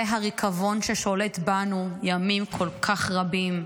זה הריקבון ששולט בנו ימים כל כך רבים.